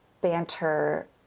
banter